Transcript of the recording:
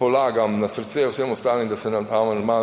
polagam na srce vsem ostalim, da se nam ta amandma